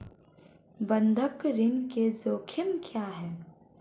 बंधक ऋण के जोखिम क्या हैं?